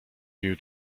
you